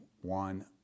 one